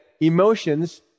emotions